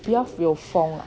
比较有风 lah